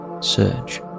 search